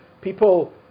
people